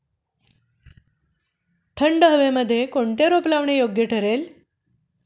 थंड हवेमध्ये कोणते रोप लावणे योग्य ठरेल?